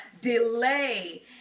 Delay